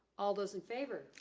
all those in favor.